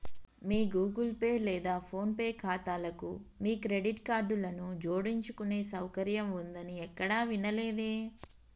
మీ Google Pay లేదా PhonePe ఖాతాలకు మీ క్రెడిట్ కార్డులను జోడించుకునే సౌకర్యం ఉందని ఎక్కడా వినలేదే